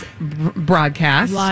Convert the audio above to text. broadcast